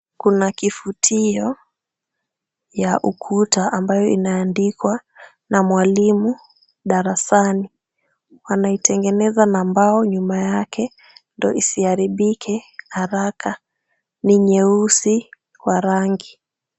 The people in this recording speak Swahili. Kuna kifutio ya ukuta ambayo imeandikwa na mwalimu darasani. Wanaitengeneza na mbao nyuma yake ndio isiharibike haraka. Ni nyeusi kwa rangi.